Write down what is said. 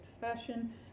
fashion